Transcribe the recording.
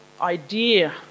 idea